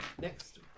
next